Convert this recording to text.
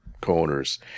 co-owners